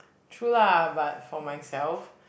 true lah but for myself